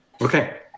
Okay